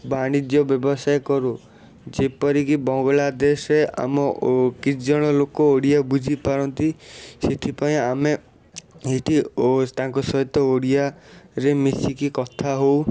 ବାଣିଜ୍ୟ ବ୍ୟବସାୟ କରୁ ଯେପରିକି ବଙ୍ଗଳାଦେଶେ ଆମ କିଛି ଜଣ ଲୋକ ଓଡ଼ିଆ ବୁଝିପାରନ୍ତି ସେଥିପାଇଁ ଆମେ ଏଇଠି ତାଙ୍କ ସହିତ ଓଡ଼ିଆ ରେ ମିଶିକି କଥା ହଉ